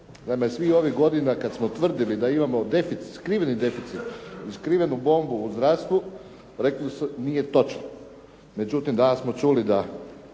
svih ovih godina kada smo tvrdili da imamo deficit, skriveni deficit i skrivenu bombu u zdravstvu, rekli su nije točno. Međutim, danas smo čuli da